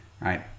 right